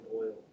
oil